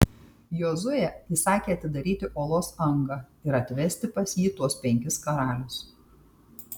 jozuė įsakė atidaryti olos angą ir atvesti pas jį tuos penkis karalius